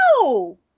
No